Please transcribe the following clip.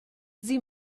sie